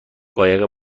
قایق